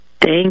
Thank